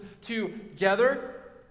together